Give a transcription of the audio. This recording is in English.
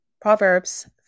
Proverbs